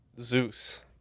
Zeus